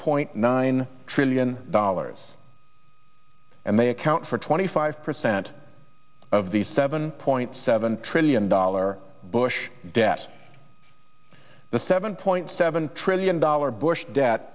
point nine trillion ours and they account for twenty five percent of the seven point seven trillion dollar bush debt the seven point seven trillion dollars bush